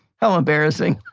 how embarrassing